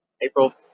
April